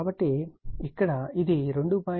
కాబట్టి ఇక్కడ ఇది Ia 2